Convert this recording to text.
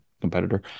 competitor